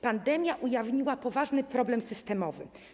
Pandemia ujawniła poważny problem systemowy.